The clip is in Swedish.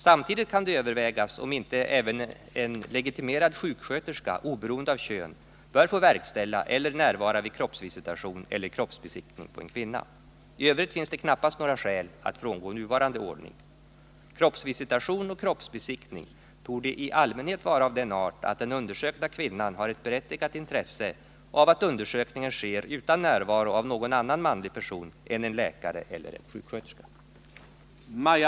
Samtidigt kan övervägas om inte även legitimerad sjuksköterska oberoende av kön bör få verkställa eller närvara vid kroppsvisitation eller kroppsbesiktning av en kvinna. I övrigt finns det knappast några skäl att frångå nuvarande ordning. Kroppsvisitation och kroppsbesiktning torde i allmänhet vara av den art att den undersökta kvinnan har ett berättigat intresse av att undersökningen sker utan närvaro av någon annan manlig person än en läkare eller en sjuksköterska.